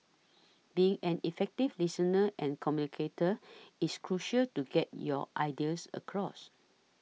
being an effective listener and communicator is crucial to get your ideas across